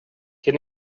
can